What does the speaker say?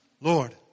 Lord